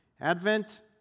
Advent